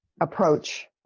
approach